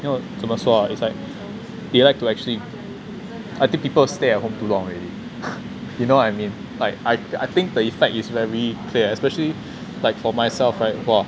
要怎么说 ah it's like they like to actually I think people stay at home too long already you know what I mean like I I think the effect is very clear especially like for myself right !wah!